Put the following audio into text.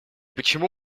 почему